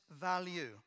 value